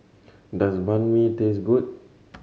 does Banh Mi taste good